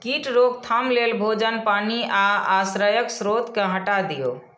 कीट रोकथाम लेल भोजन, पानि आ आश्रयक स्रोत कें हटा दियौ